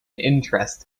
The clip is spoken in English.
interest